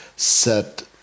set